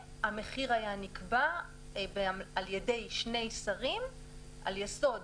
והמחיר היה נקבע על-ידי שני שרים על יסוד